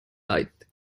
light